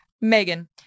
Megan